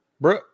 bro